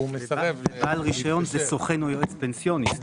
מסרב --- בעל רישיון זה סוכן או יועץ פנסיוני.